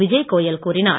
விஜய் கோயல் கூறினார்